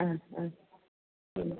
ആ ആ